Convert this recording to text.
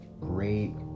great